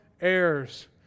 heirs